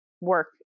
work